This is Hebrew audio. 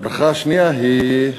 הברכה השנייה היא,